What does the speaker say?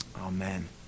Amen